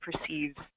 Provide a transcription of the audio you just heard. perceives